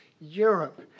Europe